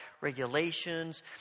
regulations